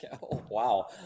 Wow